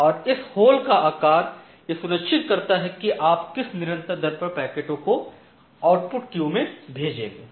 और इस होल का आकार यह सुनिश्चित करता है कि आप किस निरंतर दर पर पैकेटों को आउट पुट क्यू में भेजेंगे